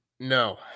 no